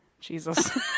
Jesus